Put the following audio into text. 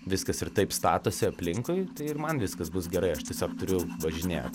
viskas ir taip statosi aplinkui tai ir man viskas bus gerai aš tiesiog turiu važinėt